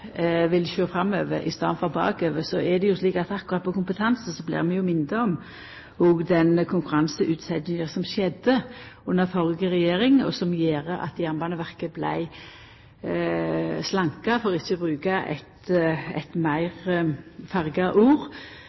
vil sjå framover i staden for bakover, er det jo slik at akkurat når det gjeld kompetanse, blir vi minte om den konkurranseutsetjinga som skjedde under den førre regjeringa, og som gjorde at Jernbaneverket vart slanka, for ikkje å bruka eit meir farga ord,